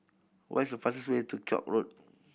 what is the fastest way to Koek Road